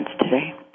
today